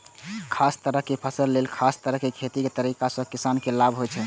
खास तरहक फसल लेल खास तरह खेतीक तरीका सं किसान के लाभ होइ छै